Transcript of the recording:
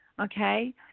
Okay